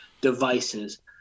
devices